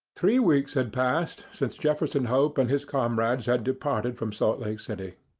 three weeks had passed since jefferson hope and his comrades had departed from salt lake city.